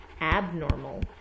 abnormal